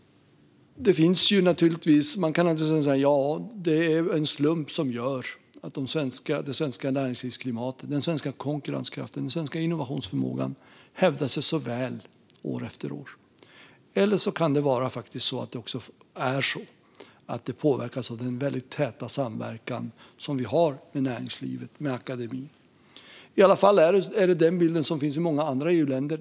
Man kan naturligtvis säga: Ja, det är en slump som gör att det svenska näringslivsklimatet, den svenska konkurrenskraften och den svenska innovationsförmågan hävdar sig väl år efter år. Eller så kan det faktiskt vara så att detta påverkas av den täta samverkan som vi har med näringslivet och med akademin. Det är i alla fall den bild som finns i många andra EU-länder.